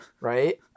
right